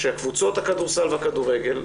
שקבוצות הכדורסל והכדורגל,